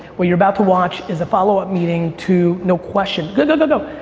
what you're about to watch is a follow up meeting to no question. go, go, go, go.